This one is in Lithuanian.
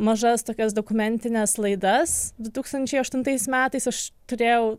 mažas tokias dokumentines laidas du tūkstančiai aštuntais metais aš turėjau